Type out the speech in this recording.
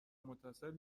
متصل